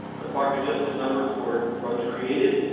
the park adjusted number four runs created